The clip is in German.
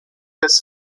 des